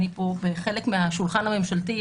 אני חלק מהשולחן הממשלתי,